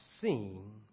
seen